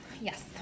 Yes